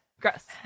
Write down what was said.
gross